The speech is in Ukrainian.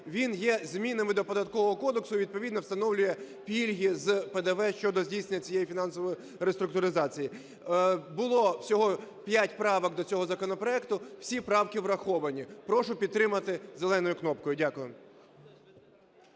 Він є змінами до Податкового кодексу і відповідно встановлює пільги з ПДВ щодо здійснення цієї фінансової реструктуризації. Було всього 5 правок до цього законопроекту. Всі правки враховані. Прошу підтримати зеленою кнопкою. Дякую.